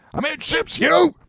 amidships, you!